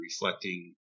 reflecting